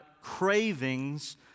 cravings